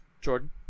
Jordan